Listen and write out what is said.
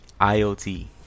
iot